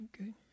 Okay